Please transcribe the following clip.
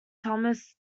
thomas